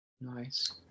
Nice